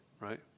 right